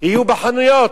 יהיה בחנויות?